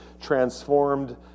transformed